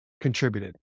contributed